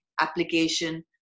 application